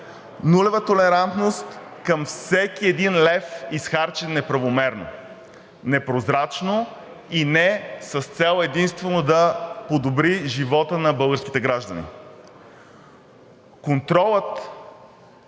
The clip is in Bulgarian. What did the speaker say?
нулева толерантност към всеки един лев, изхарчен неправомерно, непрозрачно и не с цел единствено да подобри живота на българските граждани. Контролът